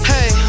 Hey